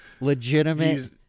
legitimate